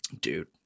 Dude